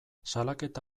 salaketa